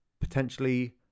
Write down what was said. potentially